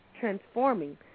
transforming